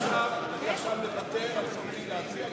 עכשיו אני מוותר על זכותי להציג,